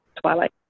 Twilight